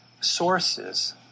sources